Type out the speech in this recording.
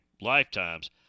lifetimes